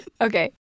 Okay